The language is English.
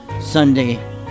Sunday